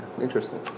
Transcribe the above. Interesting